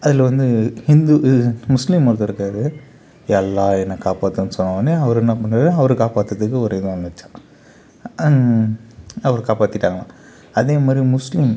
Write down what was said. அதில் வந்து ஹிந்து முஸ்லீம் ஒருத்தர் இருக்கார் ஏ அல்லா என்னை காப்பாற்றுன்னு சொன்னவுடனே அவர் என்ன பண்ணார் அவரை காப்பாத்துறதுக்கு ஒரு இது வந்துச்சு அவரை காப்பாற்றிட்டாங்களாம் அதேமாதிரி முஸ்லீம்